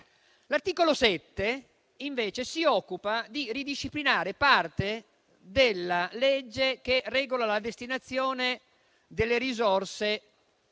L'articolo 7 si occupa di ridisciplinare parte della legge che regola la destinazione delle risorse raccolte